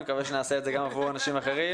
אני מקווה שנעשה את זה גם עבור אנשים אחרים.